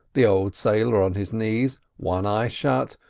the old sailor on his knees, one eye shut,